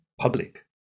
public